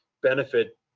benefit